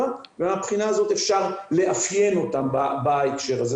ומהבחינה הזאת אפשר לאפיין אותן בהקשר הזה.